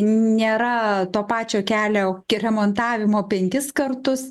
nėra to pačio kelio remontavimo penkis kartus